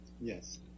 Yes